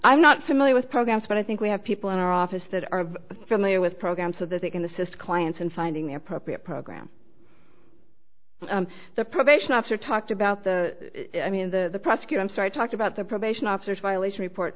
i'm not familiar with programs but i think we have people in our office that are familiar with programs so that they can assist clients in finding the appropriate program the probation officer talked about the i mean the prosecutor i'm sorry talk about the probation officers violation report